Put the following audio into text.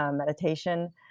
um meditation,